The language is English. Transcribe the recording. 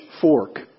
Fork